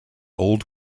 old